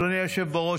אדוני היושב בראש,